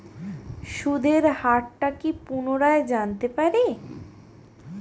সুদের হার টা কি পুনরায় জানতে পারি?